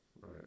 Right